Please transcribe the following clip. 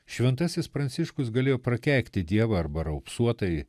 šventasis pranciškus galėjo prakeikti dievą arba raupsuotąjį